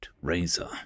Razor